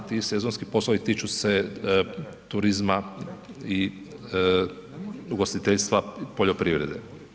Te, ti sezonski poslovi tiču se turizma, ugostiteljstva, poljoprivrede.